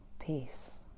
peace